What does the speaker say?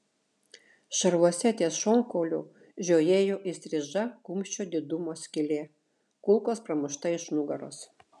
šarvuose ties šonkauliu žiojėjo įstriža kumščio didumo skylė kulkos pramušta iš nugaros